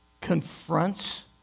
confronts